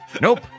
Nope